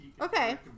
Okay